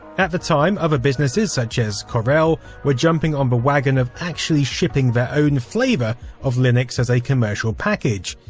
at the time, other businesses, such as corel, were jumping on the wagon of actually shipping their own flavour of linux as a commercial package.